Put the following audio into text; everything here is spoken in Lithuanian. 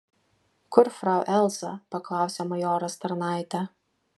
kur frau elza paklausė majoras tarnaitę